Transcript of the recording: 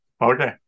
okay